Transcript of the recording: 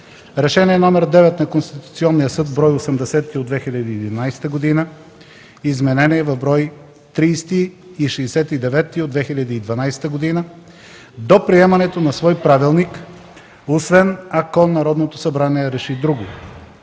Решение № 9 на Конституционния съд – бр. 80 от 2011 г.; изм., бр. 30 и 69 от 2012 г. до приемането на свой правилник, освен ако Народното събрание реши друго.